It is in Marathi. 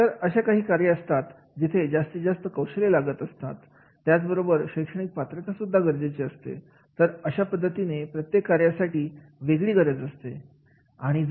तर अशी काही कार्ये असतात जिथे जास्तीत जास्त कौशल्य लागत असतात त्याच बरोबर शैक्षणिक पात्रता सुद्धा गरजेचे असते तर अशा पद्धतीने प्रत्येक कार्यासाठी वेगळी गरज असते